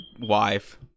wife